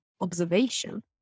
observation